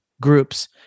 groups